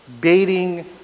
baiting